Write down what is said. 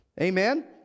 Amen